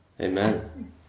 Amen